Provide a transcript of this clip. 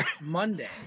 Monday